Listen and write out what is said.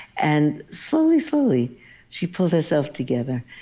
and slowly, slowly she pulled herself together.